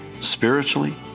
spiritually